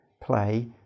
play